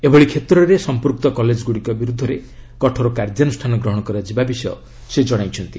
ଏଭଳି କ୍ଷେତ୍ରରେ ସଂପୃକ୍ତ କଲେଜଗୁଡ଼ିକ ବିରୁଦ୍ଧରେ କଠୋର କାର୍ଯ୍ୟାନୁଷ୍ଠାନ ଗ୍ରହଣ କରାଯିବା ବିଷୟ ସେ ଜଣାଇଛନ୍ତି